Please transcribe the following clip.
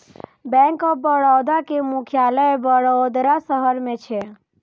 bank of Baroda के मुख्यालय वडोदरा शहर मे छै